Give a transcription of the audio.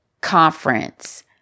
conference